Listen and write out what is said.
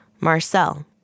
Marcel